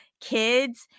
kids